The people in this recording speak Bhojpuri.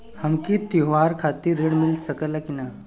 हमके त्योहार खातिर त्रण मिल सकला कि ना?